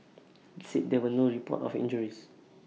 IT said there were no reports of injuries